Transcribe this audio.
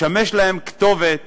לשמש להם כתובת